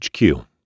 HQ